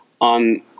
on